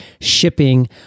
shipping